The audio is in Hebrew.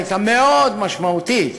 הייתה מאוד משמעותית